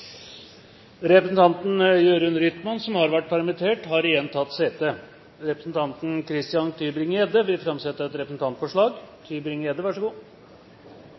Representanten Jørund Rytman, som har vært permittert, har igjen tatt sete. Representanten Christian Tybring-Gjedde vil framsette et representantforslag.